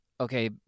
Okay